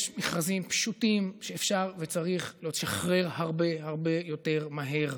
יש מכרזים פשוטים שאפשר וצריך לשחרר הרבה הרבה יותר מהר.